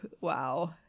wow